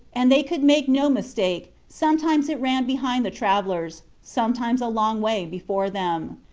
and they could make no mis take, sometimes it ran behind the tra vellers, sometimes a long way before them.